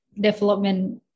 development